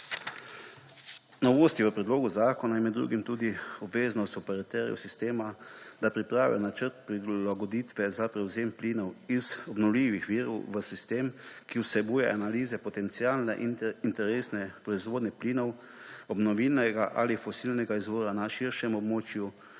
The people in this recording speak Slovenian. Novost v predlogu zakona je med drugim tudi obveznost operaterjev sistema, da pripravijo načrt prilagoditve za prevzem plinov iz obnovljivih virov v sistem, ki vsebuje analize potencialne in interesne proizvodnje plinov obnovljivega ali fosilnega izvora na širšem območju